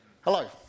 Hello